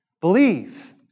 Believe